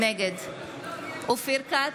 נגד אופיר כץ,